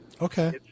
Okay